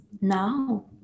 now